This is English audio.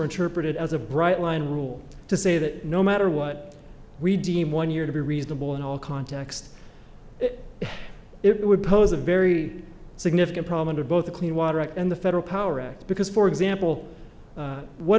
interpreted as a bright line rule to say that no matter what we deem one year to be reasonable in all contexts it would pose a very significant problem to both the clean water act and the federal power act because for example what